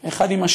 זה עם זה,